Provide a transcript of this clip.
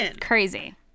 Crazy